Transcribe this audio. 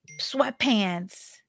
sweatpants